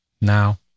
Now